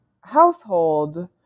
household